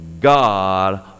God